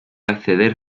acceder